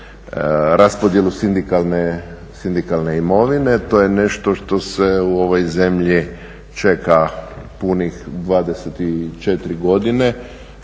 raspodjelu sindikalne imovine. To je nešto što se u ovoj zemlji čeka punih 24 godine,